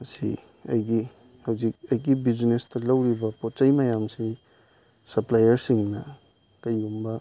ꯃꯁꯤ ꯑꯩꯒꯤ ꯍꯧꯖꯤꯛ ꯑꯩꯒꯤ ꯕꯤꯖꯤꯅꯦꯁꯇ ꯂꯧꯔꯤꯕ ꯄꯣꯠ ꯆꯩ ꯃꯌꯥꯝꯁꯤ ꯁꯞꯄ꯭ꯂꯥꯏꯌꯔꯁꯤꯡꯅ ꯀꯩꯒꯨꯝꯕ